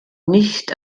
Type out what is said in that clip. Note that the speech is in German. nicht